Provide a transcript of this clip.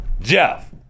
Jeff